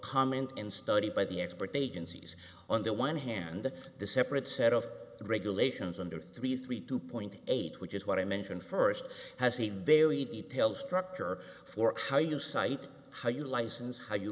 comment in study by the expert agencies on the one hand the separate set of regulations under three three two point eight which is what i mentioned first has a very detailed structure for how you cite how you license how you